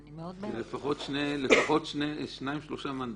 כי זה לפחות שניים-שלושה מנדטים.